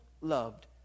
loved